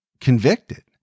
convicted